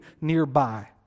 nearby